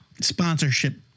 sponsorship